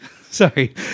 Sorry